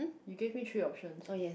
you gave me three options